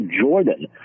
Jordan